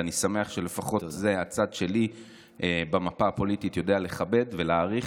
ואני שמח שלפחות את זה הצד שלי במפה הפוליטית יודע לכבד ולהעריך,